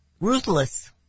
Ruthless